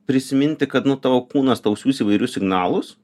prisiminti kad nu tavo kūnas tau siųs įvairius signalus